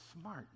smart